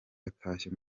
atashye